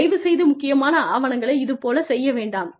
தயவு செய்து முக்கியமான ஆவணங்களை இது போலச் செய்ய வேண்டாம்